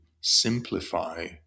simplify